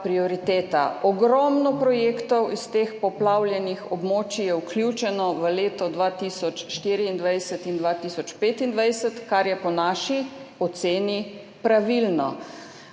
prioriteta. Ogromno projektov s teh poplavljenih območij je vključenih v leti 2024 in 2025, kar je po naši oceni pravilno.